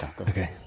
Okay